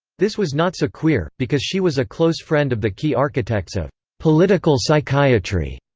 this was not so queer, because she was a close friend of the key architects of political psychiatry.